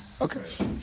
Okay